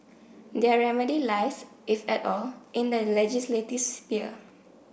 their remedy lies if at all in the legislative sphere